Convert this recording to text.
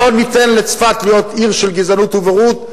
לא ניתן לצפת להיות עיר של גזענות ובורות,